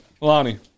Lonnie